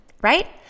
right